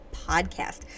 podcast